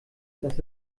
dass